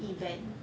event